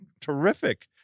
terrific